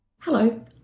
Hello